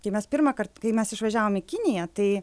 kai mes pirmąkart kai mes išvažiavom į kiniją tai